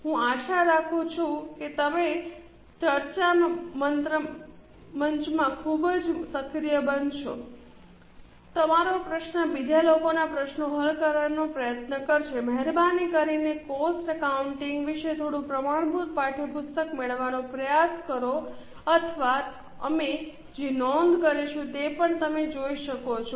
હું આશા રાખું છું કે તમે ચર્ચા મંચમાં ખૂબ જ સક્રિય બનશો તમારો પ્રશ્ન બીજા લોકોનાં પ્રશ્નો હલ કરવાનો પ્રયત્ન કરો મહેરબાની કરીને કોસ્ટ એકાઉન્ટિંગ વિશે થોડું પ્રમાણભૂત પાઠયપુસ્તક મેળવવાનો પ્રયાસ કરો અથવા અમે જે નોંધ કરીશું તે પણ તમે જોઈ શકો છો